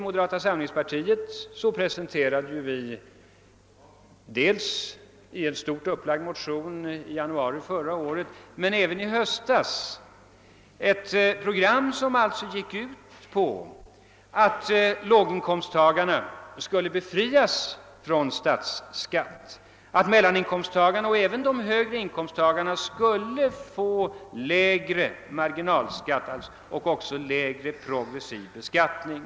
Moderata samlingspartiet presenterade dels i en stort upplagd motion i januari förra året, dels i en motion i höstas ett program, som gick ut på att låginkomsttagarna skulle befrias från statsskatt och att mellaninkomsttagarna och även de högre inkomsttagarna skulle få lägre marginalskatt och lägre progressiv beskattning.